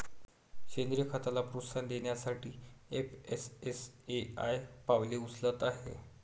सेंद्रीय खताला प्रोत्साहन देण्यासाठी एफ.एस.एस.ए.आय पावले उचलत आहे